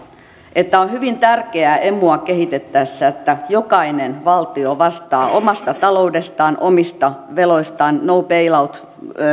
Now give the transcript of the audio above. että on hyvin tärkeää emua kehitettäessä että jokainen valtio vastaa omasta taloudestaan omista veloistaan no bail out